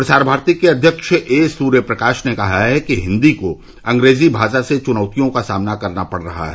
प्रसार भारती के अध्यक्ष ए सूर्यप्रकाश ने कहा है कि हिंदी को अंग्रेजी माषा से चुनौतियों का सामना करना पड़ रहा है